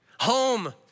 Home